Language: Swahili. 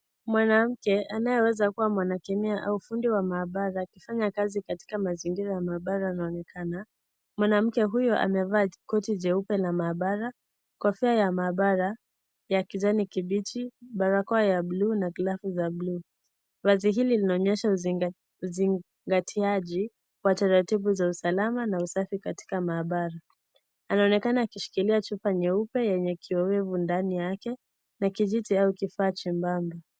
Mwanamke anayeweza kuwa mwanakenya au fundi wa maabara akifanya kazi katika mazingira ya maabara yanaonekana. Mwanamke huyo amevaa koti jeupe ya maabara, kofia ya maabara ya kijani kibichi, barakoa ya buluu na glavu za green vazi hili linaonyesha uzingatiaji wa taratibu za usalama na usafi katika maabara. Anaonekana akishikilia kifaa nyeupe yenye...ndani yake na kijiti au kifaa jembamba.